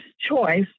choice